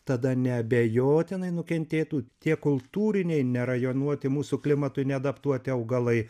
tada neabejotinai nukentėtų tie kultūriniai nerajonuoti mūsų klimatui neadaptuoti augalai